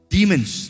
Demons